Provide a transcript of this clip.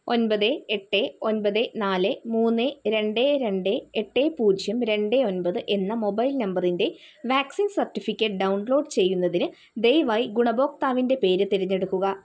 ഒൻപത് എട്ട് ഒൻപത് നാല് മൂന്ന് രണ്ട് രണ്ട് എട്ട് പൂജ്യം രണ്ട് ഒൻപത് എന്ന മൊബൈൽ നമ്പറിൻ്റെ വാക്സിൻ സർട്ടിഫിക്കറ്റ് ഡൗൺലോഡ് ചെയ്യുന്നതിന് ദയവായി ഗുണഭോക്താവിൻ്റെ പേര് തിരഞ്ഞെടുക്കുക